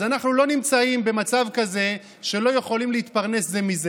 אז אנחנו לא נמצאים במצב כזה שלא יכולים להתפרנס זה מזה.